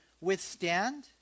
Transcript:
withstand